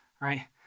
right